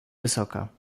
wysoka